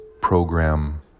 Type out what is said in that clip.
Program